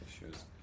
issues